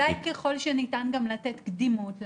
אולי ככל שניתן לתת גם לתת קדימות לאנשים?